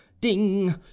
ding